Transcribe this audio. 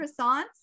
croissants